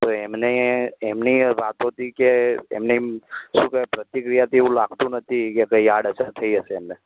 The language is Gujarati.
તો એમને એમની વાતોથી કે એમની શું કહેવાય પ્રતિક્રિયાથી એવું લાગતું નથી કે કંઈ આડ અસર થઇ હશે એમને